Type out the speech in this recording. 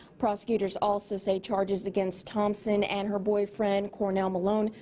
prosecutors also say charges against thompson and her boyfriend, cornell malone,